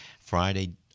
Friday